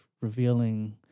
revealing